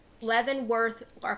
Leavenworth